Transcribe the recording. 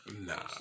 Nah